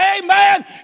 Amen